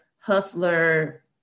hustler